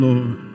Lord